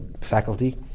faculty